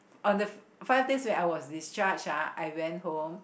on the five day when I was discharged ah I went home